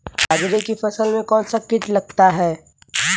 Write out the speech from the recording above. बाजरे की फसल में कौन सा कीट लगता है?